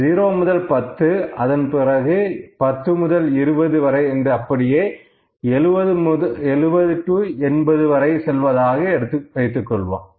0 முதல் 10 அதன் பிறகு 10 முதல் 20 வரை என்று அப்படியே 70 80 செல்வதாக வைத்துக்கொள்வோம்